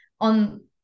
on